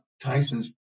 Tyson's